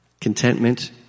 contentment